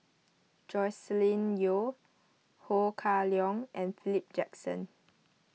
Joscelin Yeo Ho Kah Leong and Philip Jackson